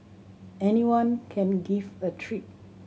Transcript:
anyone can give a treat